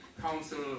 Council